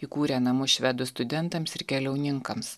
įkūrė namus švedų studentams ir keliauninkams